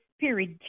spirit